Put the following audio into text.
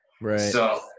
Right